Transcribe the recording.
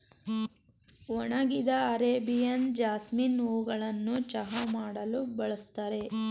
ಒಣಗಿದ Arabian jasmine ಹೂಗಳನ್ನು ಚಹಾ ಮಾಡಲು ಬಳ್ಸತ್ತರೆ